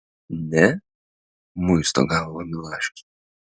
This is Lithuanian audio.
ne muisto galvą milašius